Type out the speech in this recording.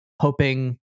hoping